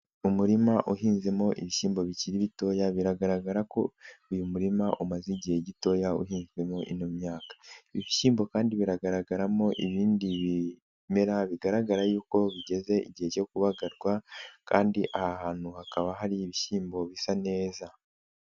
Umurima uhinzemo ibishyimbo bikiri bitoya biragaragara ko uyu murima umaze igihe gitoya uhinzwemo ino myaka. Ibi bishyimbo kandi biragaragaramo ibindi bimera bigaragara yuko bigeze igihe cyo kubagarwa kandi aha hantu hakaba hari ibishyimbo bisa neza.